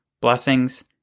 Blessings